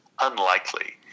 unlikely